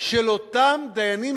של אותם דיינים,